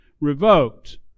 revoked